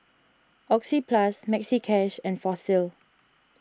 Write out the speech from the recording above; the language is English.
Oxyplus Maxi Cash and Fossil